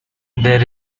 there